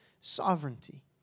sovereignty